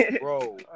Bro